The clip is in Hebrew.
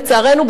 לצערנו,